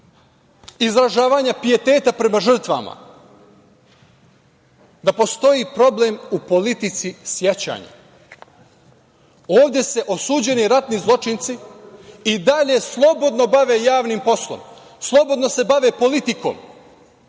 izražavanje pijeteta prema žrtvama, da postoji problem u politici sećanja. Ovde se osuđeni ratni zločinci i dalje slobodno bave javnim poslom, slobodno se bave politikom.